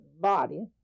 body